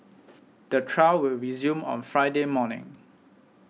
the trial will resume on Friday morning